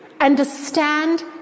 understand